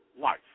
life